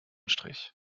strich